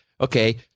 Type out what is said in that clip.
okay